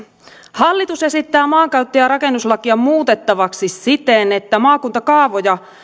hallitus esittää maankäyttö ja rakennuslakia muutettavaksi siten että maakuntakaavoja